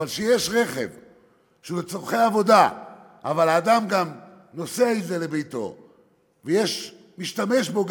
אבל רכב שהוא לצורכי עבודה והאדם גם נוסע בו לביתו ומשתמש בו,